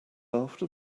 after